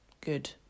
good